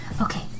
Okay